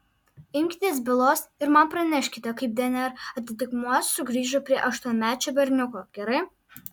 imkitės bylos ir man praneškite kaip dnr atitikmuo sugrįžo prie aštuonmečio berniuko gerai